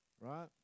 right